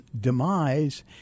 demise